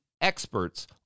experts